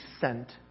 sent